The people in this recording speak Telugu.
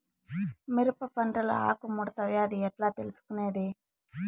మిరప పంటలో ఆకు ముడత వ్యాధి ఎట్లా తెలుసుకొనేది?